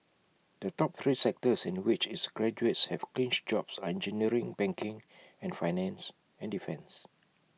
the top three sectors in which its graduates have clinched jobs are engineering banking and finance and defence